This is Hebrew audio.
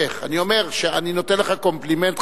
אני נותן לך קומפלימנט,